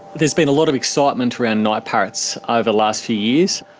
there's been a lot of excitement around night parrots over the last few years.